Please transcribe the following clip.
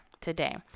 today